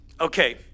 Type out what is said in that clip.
Okay